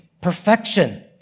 perfection